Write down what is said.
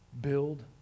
Build